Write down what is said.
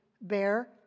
bear